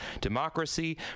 democracy